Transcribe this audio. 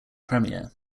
premiere